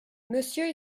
monsieur